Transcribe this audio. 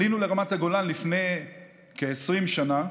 עלינו לרמת הגולן לפני כ-20 שנה.